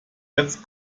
jetzt